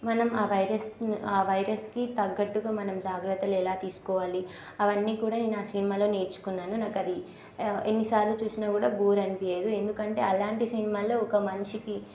మనం ఆ వైరస్ను ఆ వైరస్కి తగ్గట్టుగా మనం జాగ్రత్తలు ఎలా తీసుకోవాలి అవన్నీ కూడా నేను ఆ సినిమాలో నేర్చుకున్నాను నాకు అది ఎన్నిసార్లు చూసినా కానీ బోర్ అనిపించదు ఎందుకంటే అలాంటి సినిమాల్లో ఒక మంచికి